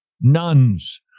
nuns